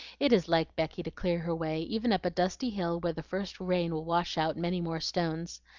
it is like becky to clear her way, even up a dusty hill where the first rain will wash out many more stones.